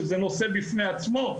שזה נושא בפני עצמו,